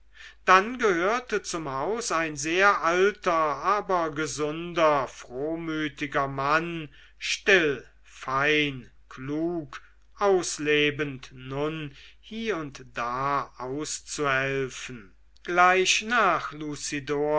dann gehörte zum haus ein sehr alter aber gesunder frohmütiger mann still fein klug auslebend nun hie und da auszuhelfen gleich nach